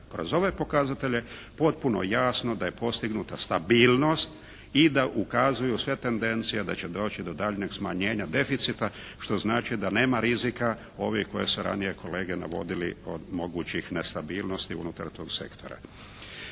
kroz ove pokazatelje potpuno jasno da je postignuta stabilnost i da ukazuju sve tendencije da će doći do daljnjeg smanjenja deficita, što znači da nema rizika ovih koji su ranije kolege navodili od mogućnih nestabilnosti unutar tog sektora.